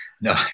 No